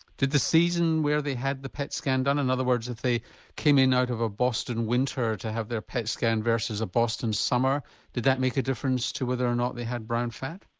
did the season where they had the pet scan done, in other words if they came in out of a boston winter to have their pet scan versus a boston summer did that make a difference to whether or not they had brown fat?